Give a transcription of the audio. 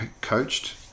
coached